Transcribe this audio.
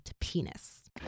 penis